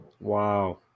Wow